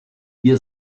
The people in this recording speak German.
wir